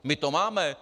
My to máme.